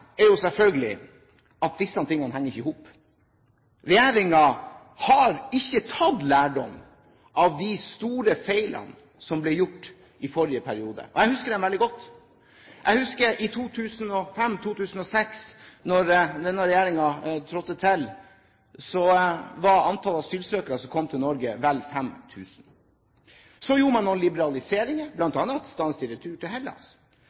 er jo selvfølgelig at disse tingene ikke henger i hop. Regjeringen har ikke tatt lærdom av de store feilene som ble gjort i forrige periode. Jeg husker dem veldig godt. Jeg husker at i 2005, 2006, da denne regjeringen tiltrådte, var antall asylsøkere som kom til Norge, vel 5 000. Så gjorde man noen liberaliseringer, bl.a. stans i retur til Hellas.